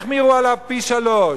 למה החמירו עליו פי-שלושה?